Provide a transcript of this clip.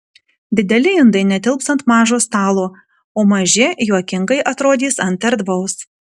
dideli indai netilps ant mažo stalo o maži juokingai atrodys ant erdvaus